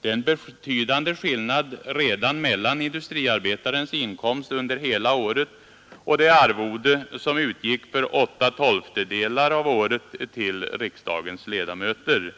Det är en betydande skillnad redan mellan industriarbetarens inkomst under hela året och det arvode som utgick för åtta tolftedelar av året till riksdagens ledamöter.